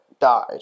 died